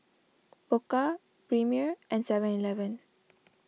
Pokka Premier and Seven Eleven